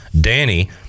Danny